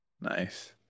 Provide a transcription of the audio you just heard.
Nice